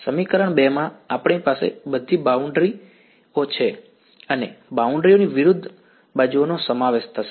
સમીકરણ 2 માં આપણી બધી બાઉન્ડ્રી ઓ અને બાઉન્ડ્રી વિરુદ્ધ જમણી બાજુનો સમાવેશ થશે